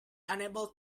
unable